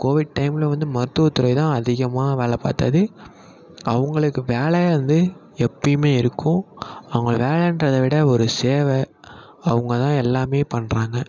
Covid டைமில் வந்து மருத்துவத்துறை தான் அதிகமாக வேலை பார்த்தது அவங்களுக்கு வேலை வந்து எப்போயுமே இருக்கும் அவங்க வேலைன்றதை விட ஒரு சேவை அவங்க தான் எல்லாமே பண்ணுறாங்க